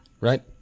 Right